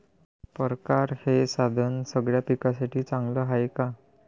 परकारं हे साधन सगळ्या पिकासाठी चांगलं हाये का?